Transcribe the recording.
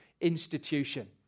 institution